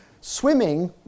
Swimming